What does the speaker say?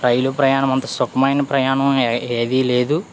రైలు ప్రయాణం అంత సుఖమైన ప్రయాణం ఏ ఏది లేదు